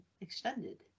Extended